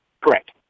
Correct